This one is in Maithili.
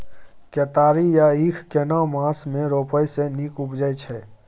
केतारी या ईख केना मास में रोपय से नीक उपजय छै?